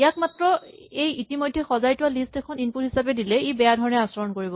ইয়াক মাত্ৰ এই ইতিমধ্যে সজাই থোৱা লিষ্ট এখন ইনপুট হিচাপে দিলে ই বেয়া ধৰণে আচৰণ কৰিব